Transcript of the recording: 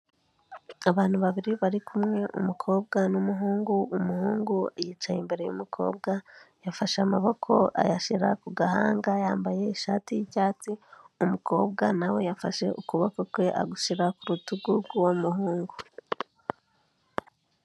Abantu babiri bari kumwe umukobwa n'umuhungu, umuhungu yicaye imbere y'umukobwa, yafashe amaboko ayashyira ku gahanga, yambaye ishati y'icyatsi, umukobwa na we yafashe ukuboko kwe agushyira ku rutugu rw'uwo muhungu.